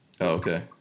Okay